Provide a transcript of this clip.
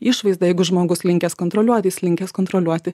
išvaizdą jeigu žmogus linkęs kontroliuoti jis linkęs kontroliuoti